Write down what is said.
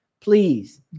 please